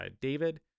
David